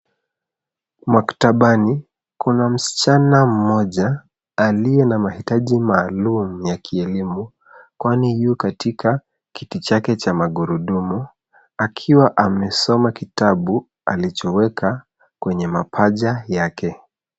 Maktabani, kuna msichana mmoja aliye na mahitaji maalum ya kielimu , kwani yu katika kiti chake cha magurudumu akiwa amesoma kitabu alichoweka kwenye mapaja yake.